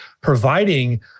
providing